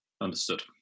understood